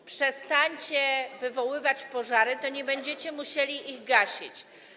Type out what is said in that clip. Jak przestaniecie wywoływać pożary, to nie będziecie musieli ich gasić.